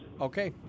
Okay